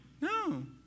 No